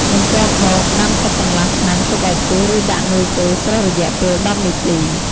បន្ទាប់មកដាំទឹកកន្លះឆ្នាំងទុកឱ្យពុះ រួចដាក់នុយចូលស្រុះរយៈពេល១០នាទី។